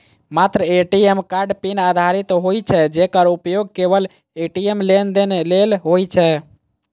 मात्र ATM card pin आधारित होइ छै, जेकर उपयोग केवल ए.टी.एम लेनदेन लेल होइ छै